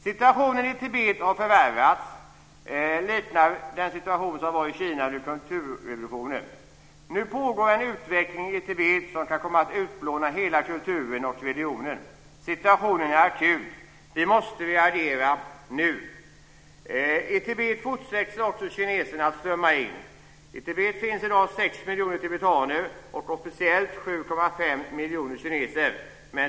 Situationen i Tibet har förvärrats och liknar nu den som rådde i Kina under kulturrevolutionen. Nu pågår en utveckling i Tibet som kan komma att utplåna hela kulturen och religionen. Situationen är akut. Vi måste reagera nu. I Tibet fortsätter också kineserna att strömma in. I Tibet finns i dag 6 miljoner tibetaner och, officiellt, 7,5 miljoner kineser.